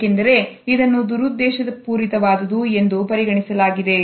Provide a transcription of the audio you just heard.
ಏಕೆಂದರೆ ಇದನ್ನು ದುರುದ್ದೇಶಪೂರಿತವಾದುದು ಎಂದು ಪರಿಗಣಿಸಲಾಗಿದೆ